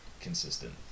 consistent